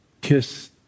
kiss